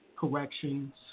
corrections